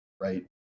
right